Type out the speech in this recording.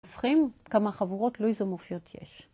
‫הופכים כמה חבורות לאיזומופיות יש.